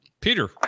Peter